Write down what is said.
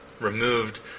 removed